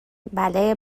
بله